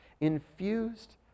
infused